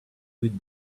with